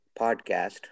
podcast